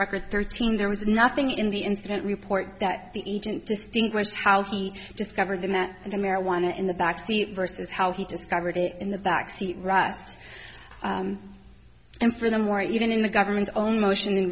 record thirteen there was nothing in the incident report that the agent distinguished how he discovered the mat in the marijuana in the back seat versus how he discovered it in the backseat rust and for them or even in the government's own motion in